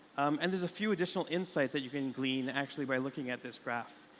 um and there's a few additional insights that you can glean actually by looking at this graph.